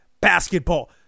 basketball